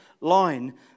line